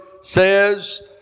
says